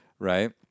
Right